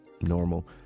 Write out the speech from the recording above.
normal